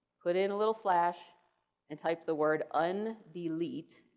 put in a little slash and type the word undelete,